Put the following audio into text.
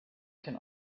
can